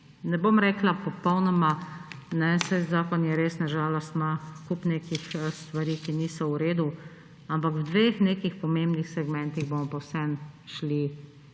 ne bom rekla popolnoma, saj zakon na žalost ima res kup nekih stvari, ki niso v redu, ampak v dveh nekih pomembnih segmentih bomo pa vseeno šli